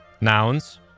nouns